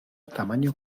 tamaño